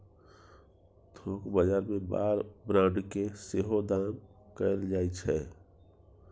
थोक बजार मे बार ब्रांड केँ सेहो दाम कएल जाइ छै